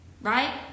right